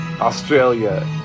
Australia